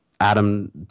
Adam